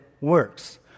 works